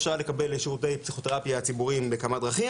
אפשר לקבל שירותי פסיכותרפיה ציבוריים בכמה דרכים,